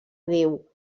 déu